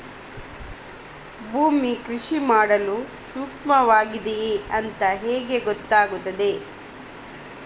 ಭೂಮಿ ಕೃಷಿ ಮಾಡಲು ಸೂಕ್ತವಾಗಿದೆಯಾ ಅಂತ ಹೇಗೆ ಗೊತ್ತಾಗುತ್ತದೆ?